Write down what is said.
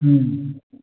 ꯎꯝ